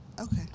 Okay